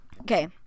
Okay